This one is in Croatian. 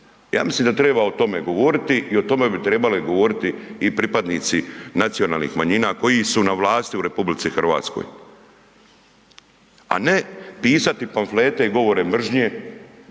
Ja mislim da treba o tome govoriti i o tome bi trebali govoriti i pripadnici nacionalnih manjina koji su na vlasti u RH. A ne pisati pamflete i govore mržnje